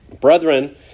Brethren